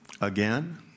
again